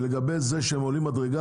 ולגבי זה שהם עולים מדרגה,